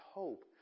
hope